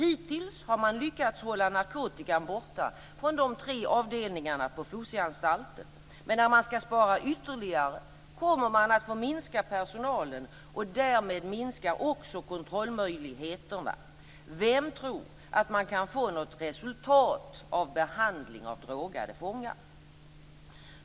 Hittills har man lyckats hålla narkotikan borta från de tre avdelningarna på Fosieanstalten, men när man ska spara ytterligare kommer man att få minska personalen, och därmed minskar också kontrollmöjligheterna. Vem tror att man kan få något resultat av behandling av drogade fångar?